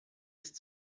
ist